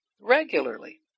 regularly